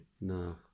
No